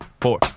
four